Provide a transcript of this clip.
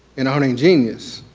an awning genius